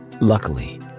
Luckily